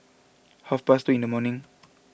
half past two in the morning